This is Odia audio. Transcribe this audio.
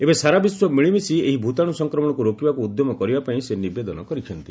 ଏବେ ସାରା ବିଶ୍ୱ ମିଳିମିଶି ଏହି ଭ୍ରତାଣୁ ସଂକ୍ରମଣକୁ ରୋକିବାକୁ ଉଦ୍ୟମ କରିବା ପାଇଁ ସେ ନିବେଦନ କରିଛନ୍ତି